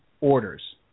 orders